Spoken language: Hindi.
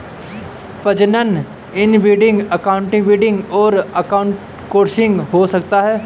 प्रजनन इनब्रीडिंग, आउटब्रीडिंग और आउटक्रॉसिंग हो सकता है